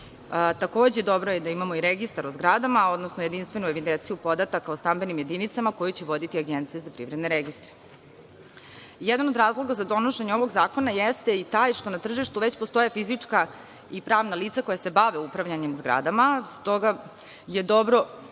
zgrade. Takođe, dobro je da imamo i registar o zgradama, odnosno jedinstvenu evidenciju podataka o stambenim jedinicama koju će voditi Agencija za privremene registre. Jedan od razloga za donošenje ovog zakona, jeste i taj što na tržištu već postoje fizička i pravna lica koja se bave upravljanjem zgradama, stoga je dobro